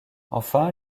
enfin